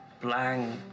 blank